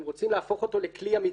אם רוצים להפוך אותו לכלי אמתי,